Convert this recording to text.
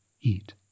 eat